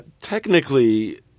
Technically